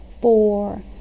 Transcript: four